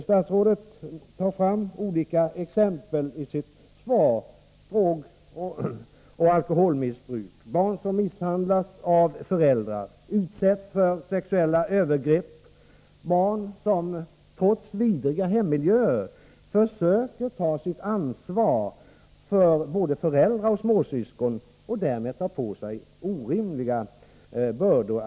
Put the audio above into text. Statsrådet tar fram olika exempel i sitt svar: drogoch alkoholmissbruk, barn som misshandlas av föräldrar eller utsätts för sexuella övergrepp, barn som trots vidriga hemmiljöer försöker ta sitt ansvar för både föräldrar och småsyskon och därmed tar på sig orimliga bördor.